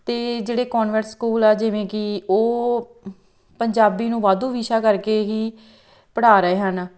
ਅਤੇ ਜਿਹੜੇ convent school ਆ ਜਿਵੇਂ ਕਿ ਉਹ ਪੰਜਾਬੀ ਨੂੰ ਵਾਧੂ ਵਿਸ਼ਾ ਕਰਕੇ ਹੀ ਪੜ੍ਹਾ ਰਹੇ ਹਨ